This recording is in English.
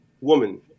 Woman